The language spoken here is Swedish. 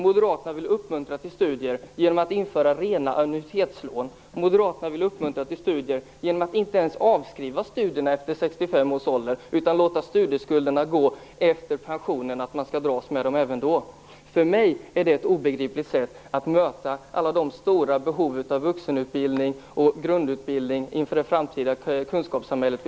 Moderaterna vill uppmuntra till studier genom att införa rena annuitetslån. Moderaterna vill uppmuntra till studier genom att inte ens avskriva lånen efter 65 års ålder. Man skall dras med studieskulderna även efter pensioneringen. För mig är det ett obegripligt sätt att möta alla de stora behov av vuxen och grundutbildning som vi har inför det framtida kunskapssamhället.